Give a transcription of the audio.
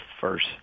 first